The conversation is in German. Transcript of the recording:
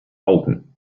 augen